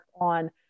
on